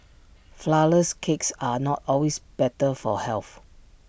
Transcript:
Flourless Cakes are not always better for health